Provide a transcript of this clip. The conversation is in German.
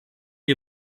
wir